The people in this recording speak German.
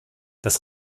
das